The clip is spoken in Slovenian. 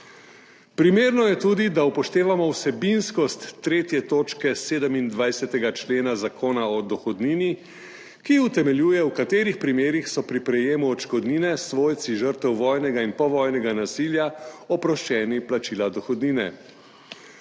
Primerno je tudi, da upoštevamo vsebinskost tretje točke 27. člena Zakona o dohodnini, ki utemeljuje, v katerih primerih so pri prejemu odškodnine svojci žrtev vojnega in povojnega nasilja oproščeni plačila dohodnine.